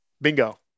Bingo